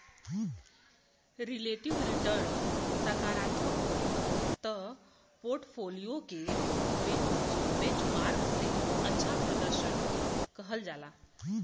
relative return सकारात्मक होला त पोर्टफोलियो के बेंचमार्क से अच्छा प्रर्दशन कहल जाला